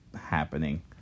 happening